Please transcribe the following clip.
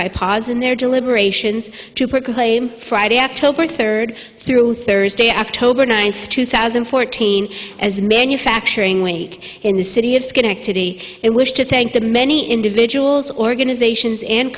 by pas in their deliberations to proclaim friday october third through thursday october ninth two thousand and fourteen as manufacturing week in the city of schenectady it wish to thank the many individuals organizations